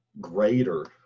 greater